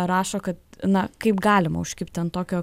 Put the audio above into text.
rašo kad na kaip galima užkibti ant tokio